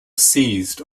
ceased